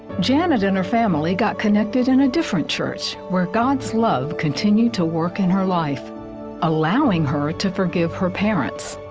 janet and her family got connected in a different church work. god's love continue to work in her life allowing her to forgive her parents.